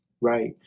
Right